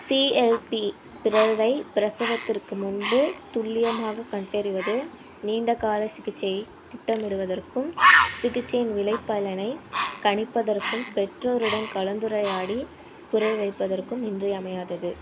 CLP பிறழ்வை பிரசவத்துக்கு முன்பு துல்லியமாகக் கண்டறிவது நீண்டகால சிகிச்சையைத் திட்டமிடுவதற்கும் சிகிச்சையின் விளைபலனைக் கணிப்பதற்கும் பெற்றோருடன் கலந்துரையாடி புரிய வைப்பதற்கும் இன்றியமையாதது